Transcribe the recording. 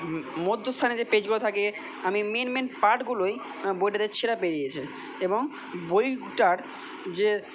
মধ্যস্থানে যে পেজগুলো থাকে আমি মেইন মেইন পার্টগুলোই বইটাতে ছেঁড়া বেরিয়েছে এবং বইটার যে